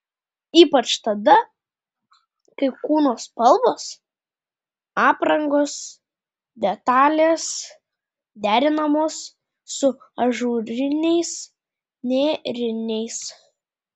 ypač tada kai kūno spalvos aprangos detalės derinamos su ažūriniais nėriniais